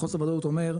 החוסר וודאות אומר,